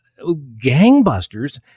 gangbusters